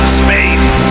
space